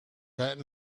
that